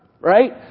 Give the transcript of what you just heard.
right